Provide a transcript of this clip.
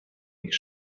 ich